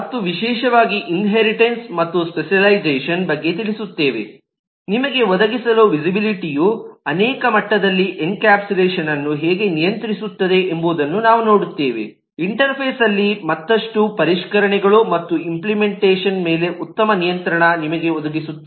ಮತ್ತು ವಿಶೇಷವಾಗಿ ಇನ್ಹೇರಿಟನ್ಸ್ ಮತ್ತು ಸ್ಪೆಷಲ್ಲೈಝೇಷನ್ ಬಗ್ಗೆ ತಿಳಿಸುತ್ತೇವೆ ನಿಮಗೆ ಒದಗಿಸಲು ವಿಸಿಬಿಲಿಟಿ ಯು ಅನೇಕ ಮಟ್ಟದಲ್ಲಿ ಎನ್ಕ್ಯಾಪ್ಸುಲೇಷನ್ಅನ್ನು ಹೇಗೆ ನಿಯಂತ್ರಿಸುತ್ತದೆ ಎಂಬುದನ್ನು ನಾವು ನೋಡುತ್ತೇವೆ ಇಂಟರ್ಫೇಸ್ ಅಲ್ಲಿ ಮತ್ತಷ್ಟು ಪರಿಷ್ಕರಣೆಗಳು ಮತ್ತು ಇಂಪ್ಲಿಮೆಂಟೇಷನ್ ಮೇಲೆ ಉತ್ತಮ ನಿಯಂತ್ರಣ ನಿಮಗೆ ಒದಗಿಸುತ್ತದೆ